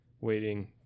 waiting